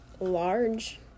large